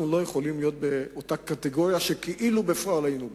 אנחנו לא יכולים להיות בקטגוריה שכאילו בפועל היינו בה.